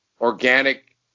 organic